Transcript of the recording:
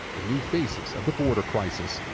the new faces of the border crisis.